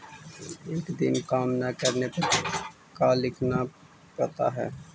एक दिन काम न करने पर का लिखना पड़ता है?